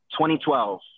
2012